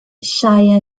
shia